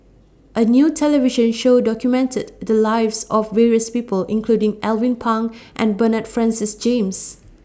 A New television Show documented The Lives of various People including Alvin Pang and Bernard Francis James